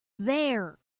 there